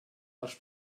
els